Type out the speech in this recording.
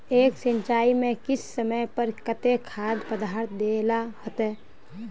एक सिंचाई में किस समय पर केते खाद पदार्थ दे ला होते?